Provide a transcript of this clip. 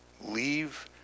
leave